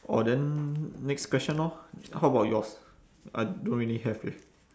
orh then next question orh how about yours I don't really have leh